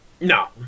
No